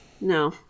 No